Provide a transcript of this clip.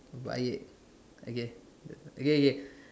buy it I guess okay okay